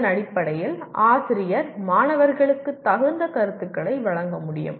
அதன் அடிப்படையில் ஆசிரியர் மாணவர்களுக்கு தகுந்த கருத்துக்களை வழங்க முடியும்